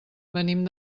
venim